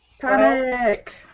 Panic